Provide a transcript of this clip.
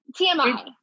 TMI